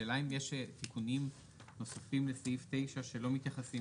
השאלה אם יש תיקונים נוספים לסעיף 9 שלא מתייחסים